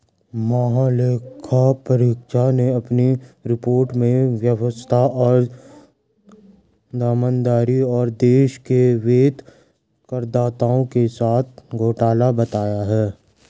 महालेखा परीक्षक ने अपनी रिपोर्ट में व्यवस्था को दमनकारी और देश के वैध करदाताओं के साथ घोटाला बताया है